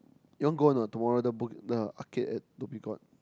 you want go or not tomorrow the Bug~ the arcade at Dhoby-Ghaut